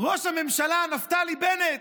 ראש ממשלה נפתלי בנט.